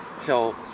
help